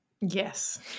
Yes